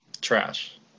Trash